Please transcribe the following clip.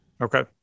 Okay